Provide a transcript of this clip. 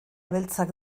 beltzak